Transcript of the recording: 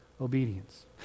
obedience